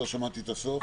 לא שמעתי את הסוף.